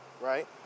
Right